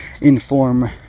inform